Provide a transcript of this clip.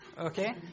okay